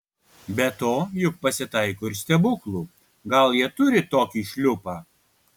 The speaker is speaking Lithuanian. be to juk pasitaiko ir stebuklų gal jie turi tokį šliupą